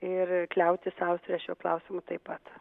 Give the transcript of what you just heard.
ir kliautis su austrija šiuo klausimu taip pat